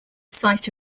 site